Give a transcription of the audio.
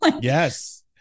Yes